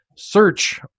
Search